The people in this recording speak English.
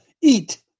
eat